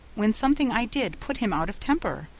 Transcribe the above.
when something i did put him out of temper,